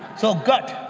so gut,